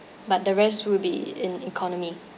but the rest will be in economy